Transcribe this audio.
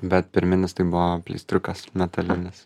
bet pirminis tai buvo pleistriukas metalinis